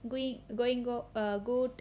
we going go a good